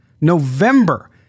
November